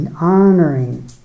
honoring